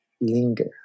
linger